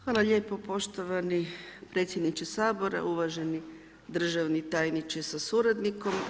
Hvala lijepo poštovani predsjedniče Sabora, uvaženi državni tajniče sa suradnikom.